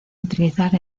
utilizar